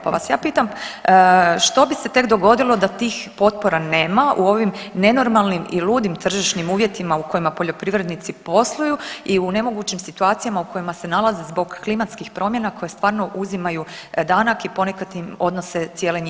Pa vas ja pitam što bi se tek dogodilo da tih potpora nema u ovim nenormalnim i ludim tržišnim uvjetima u kojima poljoprivrednici posluju i u nemogućim situacijama u kojima se nalaze zbog klimatskih promjena koje stvarno uzimaju danak i ponekad im odnose cijele [[Upadica: Hvala.]] njihove usjeve.